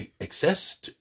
excess